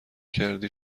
کردی